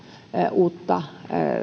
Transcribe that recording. uutta